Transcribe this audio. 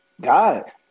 God